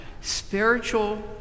spiritual